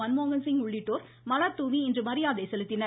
மன்மோகன்சிங் உள்ளிட்டோர் மலர்தூவி இன்று மரியாதை செலுத்தினர்